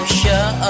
show